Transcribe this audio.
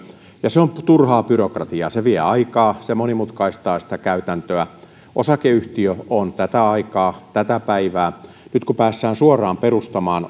ja se on turhaa byrokratiaa se vie aikaa se monimutkaistaa sitä käytäntöä osakeyhtiö on tätä aikaa tätä päivää nyt kun päästään suoraan perustamaan